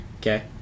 okay